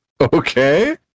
okay